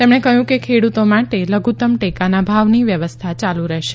તેમણે કહયું કે ખેડુતો માટે લઘુત્તમ ટેકાના ભાવની વ્યવસ્થા યાલુ રહેશે